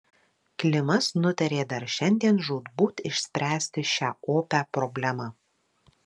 klimas nutarė dar šiandien žūtbūt išspręsti šią opią problemą